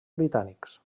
britànics